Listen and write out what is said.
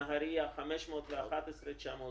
נהירה 511,920,